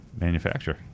Manufacturer